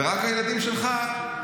ורק הילדים שלך,